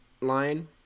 line